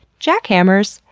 jackhammers,